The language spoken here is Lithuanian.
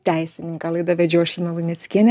teisininką laidą vedžiau aš lina luneckienė